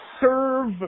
serve